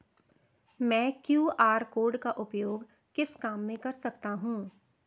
मैं QR code का उपयोग किस काम में कर सकता हूं?